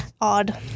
odd